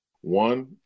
One